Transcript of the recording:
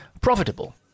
profitable